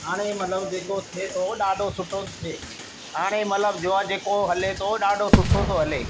हाणे मतिलब जेको थिए थो ॾाढो सुठो थिए हाणे मतिलब जो आहे जेको हले थो ॾाढो सुठो थो हले